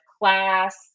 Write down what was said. class